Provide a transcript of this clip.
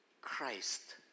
Christ